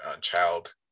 child